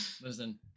listen